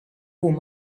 whom